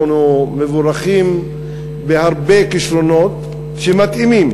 אנחנו מבורכים בהרבה כישרונות שמתאימים,